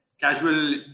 casual